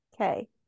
Okay